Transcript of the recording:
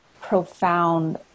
profound